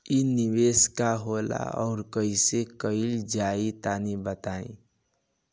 इ निवेस का होला अउर कइसे कइल जाई तनि बताईं?